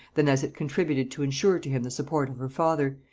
than as it contributed to insure to him the support of her father,